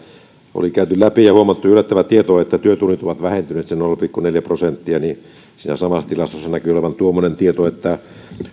oli käyty läpi ja huomattu yllättävä tieto että työtunnit ovat vähentyneet sen nolla pilkku neljä prosenttia niin siinä samassa tilastossa näkyi olevan tuommoinen tieto että